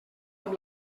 amb